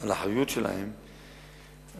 על האחריות שלהם בפיקוח,